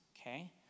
okay